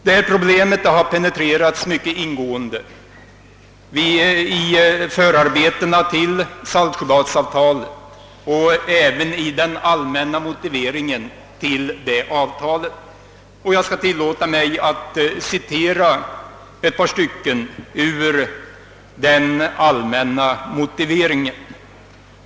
Detta problem har penetrerats mycket ingående, i förarbetena till Saltsjöbadsavtalet och även i den allmänna motiveringen till det avtalet. Jag skall tillåta mig att citera ett par stycken ur den allmänna motiveringen.